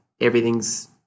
everything's